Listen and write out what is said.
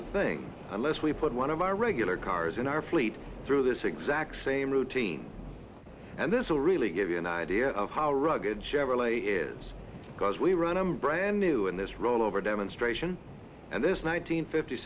the thing unless we put one of our regular cars in our fleet through this exact same routine and this will really give you an idea of how rugged chevrolet is because we run i'm brand new in this rollover demonstration and this nine